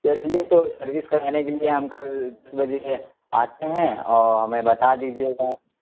چلیے تو سروس کرانے کے لیے ہم کل چھ بجے آتے ہیں اور ہمیں بتا دیجیے گا